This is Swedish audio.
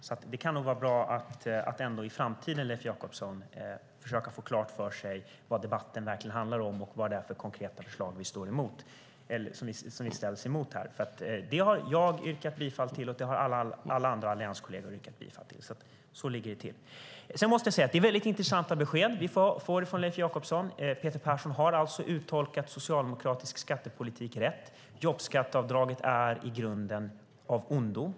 I framtiden kan det nog vara bra att försöka få klart för sig vad debatten verkligen handlar om och vilka konkreta förslag vi ställs inför, Leif Jakobsson. Jag och alla andra allianskolleger har yrkat bifall till detta. Så ligger det till. Sedan måste jag säga att det är mycket intressanta besked vi får från Leif Jakobsson. Peter Persson har alltså uttolkat socialdemokratisk skattepolitik rätt. Jobbskatteavdraget är i grunden av ondo.